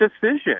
decision